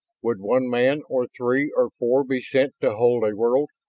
would one man, or three, or four, be sent to hold a world?